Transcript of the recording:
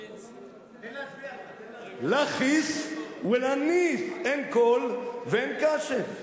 "לא חיס ולא ניס" אין קול ואין כסף.